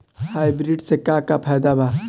Hybrid से का का फायदा बा?